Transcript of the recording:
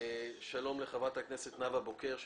שלום לחברת הכנסת נאוה בוקר,